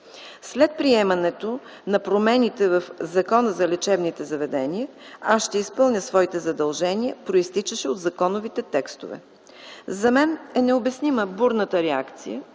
След приемането на промените в Закона за лечебните заведения аз ще изпълня своите задължения, произтичащи от законовите текстове. За мен е необяснима бурната реакция